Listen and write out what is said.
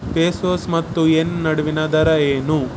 pesos ಮತ್ತು yen ನಡುವಿನ ದರ ಏನು